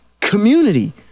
community